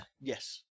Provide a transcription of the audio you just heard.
Yes